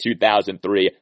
2003